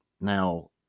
Now